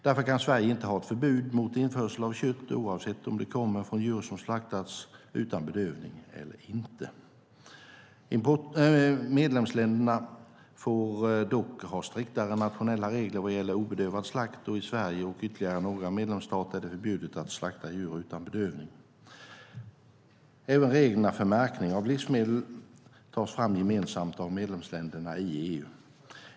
Därför kan Sverige inte ha ett förbud mot införsel av kött, oavsett om det kommer från djur som slaktats utan bedövning eller inte. Medlemsländerna får dock ha striktare nationella regler vad gäller obedövad slakt, och i Sverige och ytterligare några medlemsstater är det förbjudet att slakta djur utan bedövning. Även reglerna för märkning av livsmedel tas fram gemensamt av medlemsländerna i EU.